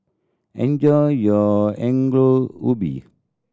enjoy your Ongol Ubi